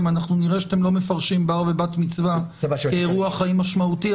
אם אנחנו נראה שאתם לא מפרשים בר ובת מצווה כאירוע חיים משמעותי,